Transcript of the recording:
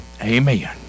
Amen